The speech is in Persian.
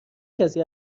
کسی